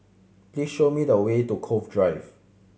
please show me the way to Cove Drive